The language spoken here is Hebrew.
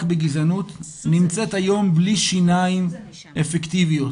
בגזענות נמצאת היום בלי שיניים אפקטיביות.